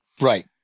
Right